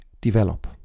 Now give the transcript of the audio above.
develop